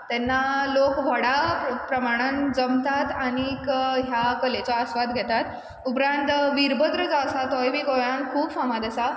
तेन्ना लोक व्हडा प्रमाणान जमतात आनीक ह्या कलेचो आस्वाद घेतात उपरांत वीरभद्र जो आसा तोय बी गोंयान खूब फामाद आसा